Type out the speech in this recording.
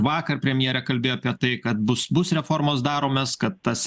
vakar premjerė kalbėjo apie tai kad bus bus reformos daromės kad tas